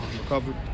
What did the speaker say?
recovered